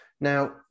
now